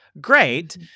Great